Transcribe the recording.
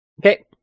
Okay